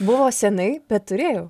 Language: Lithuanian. buvo senai bet turėjau